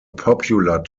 popular